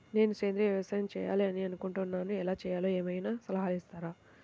నేను సేంద్రియ వ్యవసాయం చేయాలి అని అనుకుంటున్నాను, ఎలా చేయాలో ఏమయినా సలహాలు ఇస్తారా?